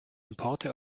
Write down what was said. importe